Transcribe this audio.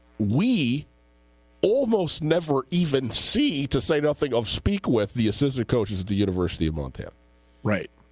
we almost never even see to say nothing of speak with the assistant coaches the university of montana right